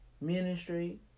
Ministry